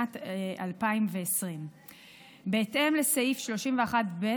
בספטמבר 2020. בהתאם לסעיף 31(ב)